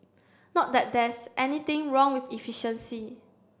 not that there's anything wrong with efficiency